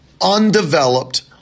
undeveloped